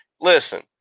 listen